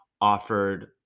offered